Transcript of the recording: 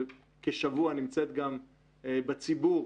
וכשבוע נמצאת גם בציבור,